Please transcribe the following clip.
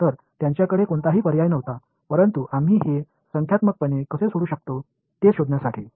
तर त्यांच्याकडे कोणताही पर्याय नव्हता परंतु आम्ही हे संख्यात्मकपणे कसे सोडवू शकतो हे शोधण्यासाठी